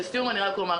לסיום אומר,